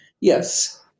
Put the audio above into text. yes